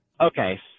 Okay